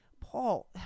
Paul